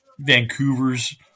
Vancouver's